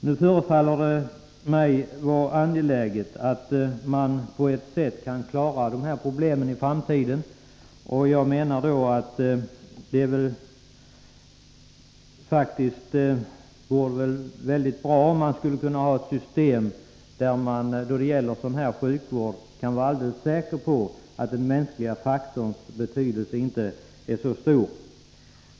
Nu förefaller det mig vara angeläget att man kan klara dessa problem i framtiden. Det vore mycket bra om man kunde ha ett system som gör att den mänskliga faktorns betydelse inte är så stor.